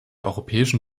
europäischen